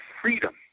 freedom